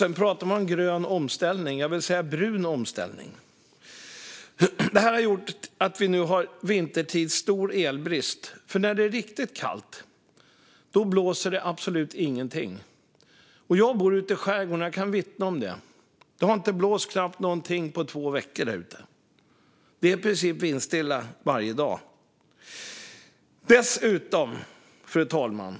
Sedan pratar man om grön omställning. Jag vill säga att det är brun omställning. Detta har gjort att vi vintertid har stor elbrist. För när det är riktigt kallt blåser det absolut ingenting. Jag bor ute i skärgården, och jag kan vittna om det. Det har knappt blåst någonting på två veckor där ute. Det är i princip vindstilla varje dag. Fru talman!